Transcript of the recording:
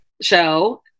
Show